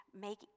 make